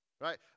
right